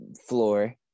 floor